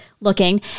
looking